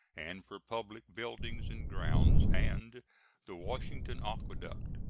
and for public buildings and grounds and the washington aqueduct.